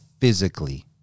physically